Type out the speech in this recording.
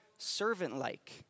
Servant-like